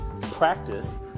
practice